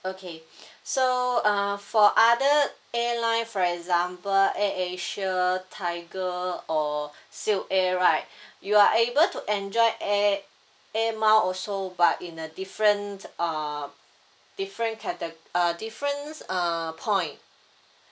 okay so uh for other airline for example air asia tiger or silk air right you are able to enjoy air air mile also but in a different uh different cate~ uh different uh point